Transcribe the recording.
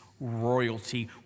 royalty